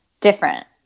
different